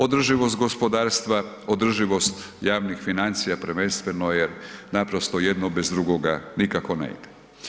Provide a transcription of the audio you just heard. Održivost gospodarstva, održivost javnih financija prvenstveno je naprosto jedno bez drugoga nikako ne ide.